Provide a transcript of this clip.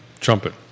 Trumpet